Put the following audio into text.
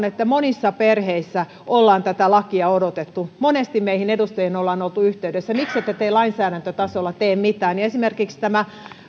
että monissa perheissä ollaan tätä lakia odotettu monesti meihin edustajiin ollaan oltu yhteydessä sanoen miksette tee lainsäädäntötasolla mitään esimerkiksi nyt tämä